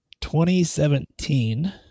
2017